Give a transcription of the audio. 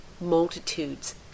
multitudes